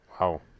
Wow